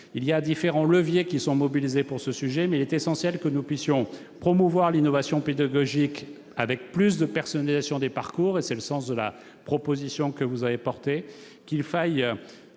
Différents leviers sont mobilisés pour cela, mais il est essentiel que nous puissions promouvoir l'innovation pédagogique et la personnalisation des parcours ; c'est le sens de la proposition que vous avez formulée. Il faut